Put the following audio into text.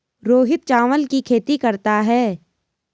रोहित चावल की खेती करता है